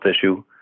issue